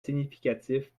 significatif